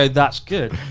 ah that's good.